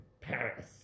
Paris